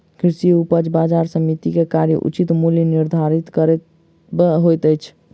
कृषि उपज बजार समिति के कार्य उचित मूल्य निर्धारित करब होइत अछि